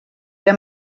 era